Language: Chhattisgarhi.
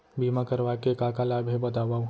बीमा करवाय के का का लाभ हे बतावव?